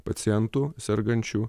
pacientų sergančių